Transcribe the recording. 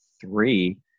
three